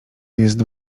jest